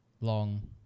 long